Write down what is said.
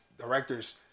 directors